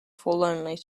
forlornly